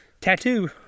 Tattoo